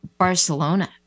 Barcelona